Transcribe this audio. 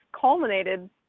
culminated